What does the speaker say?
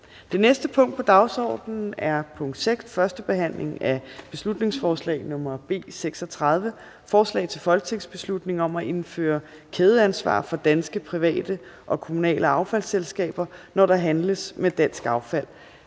Det næste punkt på dagsordenen er: 6) 1. behandling af beslutningsforslag nr. B 36: Forslag til folketingsbeslutning om at indføre kædeansvar for danske private og kommunale affaldsselskaber, når der handles med dansk affald.